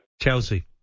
Chelsea